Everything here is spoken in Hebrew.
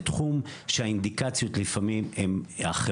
זה תחום שהאינדיקציות הן לפעמים אחרות